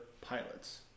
pilots